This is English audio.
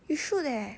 you should leh